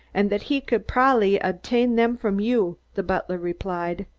and that he could probably obtain them from you, the butler replied.